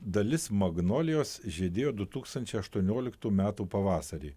dalis magnolijos žydėjo du tūkstančiai aštuonioliktų metų pavasarį